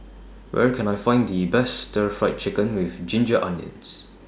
Where Can I Find The Best Stir Fried Chicken with Ginger Onions